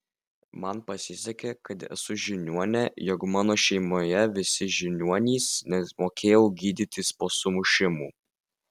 man pasisekė kad esu žiniuonė jog mano šeimoje visi žiniuonys nes mokėjau gydytis po sumušimų